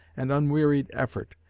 and unwearied effort.